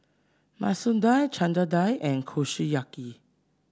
Masoor Dal Chana Dal and Kushiyaki